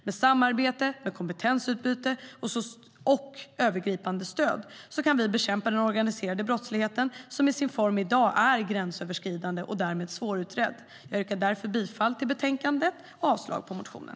Med samarbete, kompetensutbyte och övergripande stöd kan vi bekämpa den organiserade brottsligheten, som i sin form i dag är gränsöverskridande och därmed svårutredd. Jag yrkar därför bifall till utskottets förslag i betänkandet och avslag på motionen.